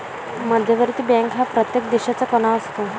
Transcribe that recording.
मध्यवर्ती बँक हा प्रत्येक देशाचा कणा असतो